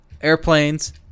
airplanes